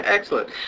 Excellent